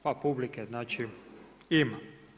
Pa publike znači ima.